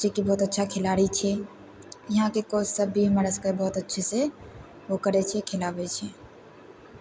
जेकि बहुत अच्छा खिलाड़ी छियै यहाँके कोच सब भी हमरा सबके बहुत अच्छेसँ ओ करै छै खेलाबै छै